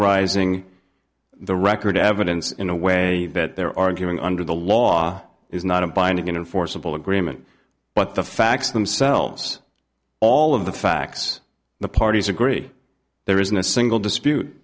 zing the record evidence in a way that they're arguing under the law is not a binding enforceable agreement but the facts themselves all of the facts the parties agree there isn't a single dispute